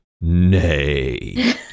nay